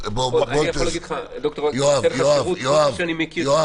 אני יכול להגיד שכל מי שאני מכיר,